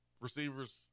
Receivers